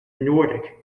nordic